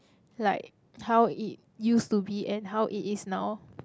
like how it used to be and how it is now